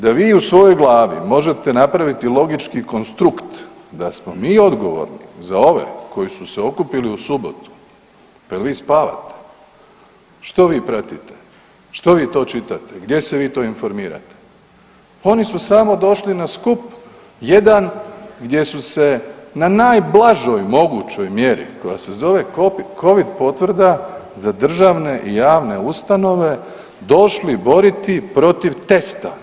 Da vi u svojoj glavi možete napraviti logički konstrukt da smo mi odgovorni za ove koji su se okupili u subotu, pa jel vi spavate, što vi pratite, što vi to čitate, gdje se vi to informirate, pa oni su samo došli na skup jedan gdje su se na najblažoj mogućoj mjeri koja se zove Covid potvrda za državne i javne ustanove došli boriti protiv testa.